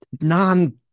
non